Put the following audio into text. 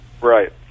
Right